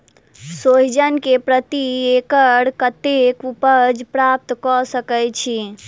सोहिजन केँ प्रति एकड़ कतेक उपज प्राप्त कऽ सकै छी?